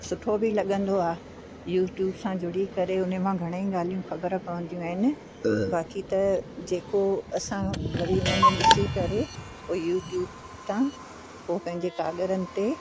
सुठो बि लॻंदो आहे यूट्यूब सां जुड़ी करे हुन मां घणेई ॻालियूं ख़बर पवंदियूं आहिनि बाक़ी त जेको असां वरी हुन में ॾिसी करे पोइ यूट्यूब था पोइ पंहिंजे काॻरनि ते